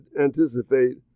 anticipate